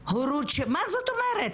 מה זאת אומרת?